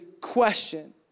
question